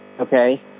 Okay